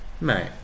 mate